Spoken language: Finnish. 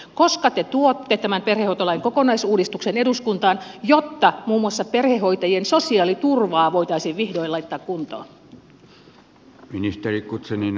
koska te tuotte tämän perhehoitolain kokonaisuudistuksen eduskuntaan jotta muun muassa perhehoitajien sosiaaliturvaa voitaisiin vihdoin laittaa kuntoon